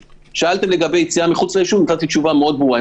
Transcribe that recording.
שאלתם על יציאה מחוץ ליישוב ונתתי תשובה מאוד ברורה.